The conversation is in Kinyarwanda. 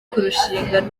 kurushingana